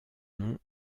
nom